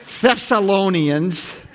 Thessalonians